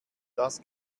das